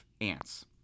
ants